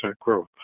growth